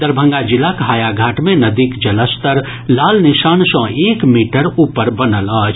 दरभंगा जिलाक हायाघाट मे नदीक जलस्तर लाल निशान सॅ एक मीटर ऊपर बनल अछि